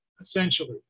essentially